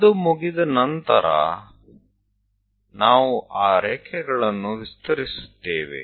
ಅದು ಮುಗಿದ ನಂತರ ನಾವು ಆ ರೇಖೆಗಳನ್ನು ವಿಸ್ತರಿಸುತ್ತೇವೆ